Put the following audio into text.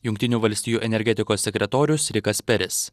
jungtinių valstijų energetikos sekretorius rikas peris